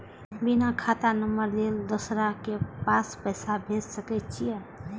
बिना खाता नंबर लेल दोसर के पास पैसा भेज सके छीए?